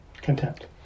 Contempt